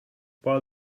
while